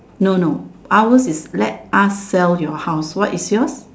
no no ours is let us sell your house what is yours